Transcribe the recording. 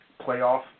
playoff